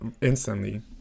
instantly